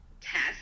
test